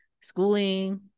schooling